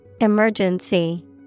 Emergency